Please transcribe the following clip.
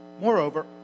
Moreover